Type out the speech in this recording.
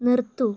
നിർത്തൂ